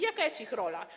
Jaka jest ich rola?